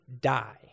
die